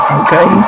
okay